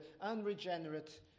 unregenerate